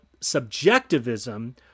subjectivism